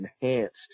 enhanced